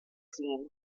scene